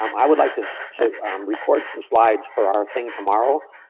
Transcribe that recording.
um i would like to to record some slides, for our thing tomorrow,